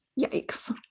Yikes